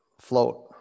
Float